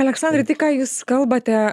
aleksandrai tai ką jūs kalbate